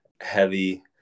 heavy